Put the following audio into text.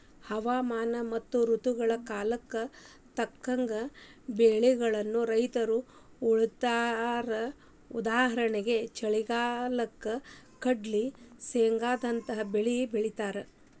ಹವಾಮಾನ ಮತ್ತ ಋತುಗಳ ಕಾಲಕ್ಕ ತಕ್ಕಂಗ ಬೆಳಿಗಳನ್ನ ರೈತರು ಬೆಳೇತಾರಉದಾಹರಣೆಗೆ ಚಳಿಗಾಲಕ್ಕ ಕಡ್ಲ್ಲಿ, ಶೇಂಗಾದಂತ ಬೇಲಿ ಬೆಳೇತಾರ